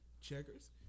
Checkers